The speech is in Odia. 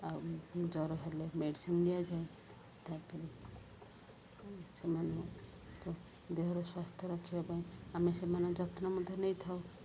ଆଉ ଜ୍ୱର ହେଲେ ମେଡ଼ିସିନ୍ ଦିଆଯାଏ ତା'ପରେ ସେମାନେ ଦେହର ସ୍ୱାସ୍ଥ୍ୟ ରଖିବା ପାଇଁ ଆମେ ସେମାନେ ଯତ୍ନ ମଧ୍ୟ ନେଇଥାଉ